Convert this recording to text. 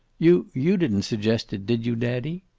you you didn't suggest it, did you, daddy?